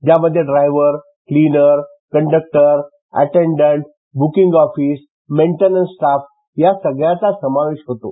ज्यामधे ड्रायव्हर विलनरकंडक्टर attendant booking office maintenance staff या सगळ्याचा समावेश होतो